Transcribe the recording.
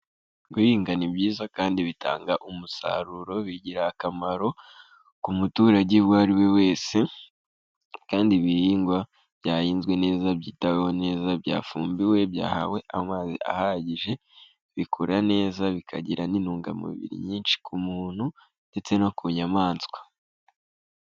Guhinga ni byiza kandi bitanga umusaruro bigira akamaro ku muturage uwo ari we wese, kandi ibihingwa byahinzwe neza byitaweho neza byafumbiwe byahawe amazi ahagije, bikura neza bikagira n'intungamubiri nyinshi ku muntu ndetse no ku nyamaswa.